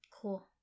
cool